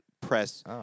press